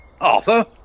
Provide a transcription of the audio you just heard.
Arthur